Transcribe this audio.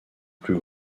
plus